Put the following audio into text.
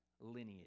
lineage